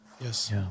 Yes